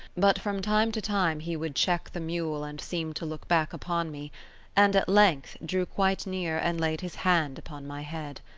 but from time to time he would cheek the mule and seem to look back upon me and at length drew quite near and laid his hand upon my head.